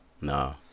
No